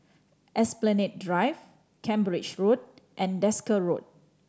Esplanade Drive Cambridge Road and Desker Road